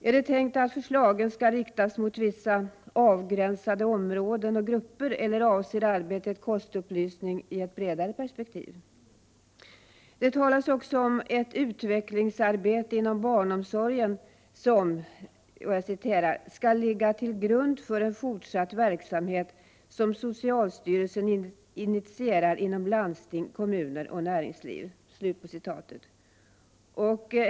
Är det tänkt att förslagen skall riktas mot vissa avgränsade områden och grupper, eller avser arbetet kostupplysning i ett bredare perspektiv? Det talas också om ett utvecklingsarbete inom barnomsorgen som ”skall ligga till grund för en fortsatt verksamhet som socialstyrelsen initierar inom landsting, kommuner och näringsliv”.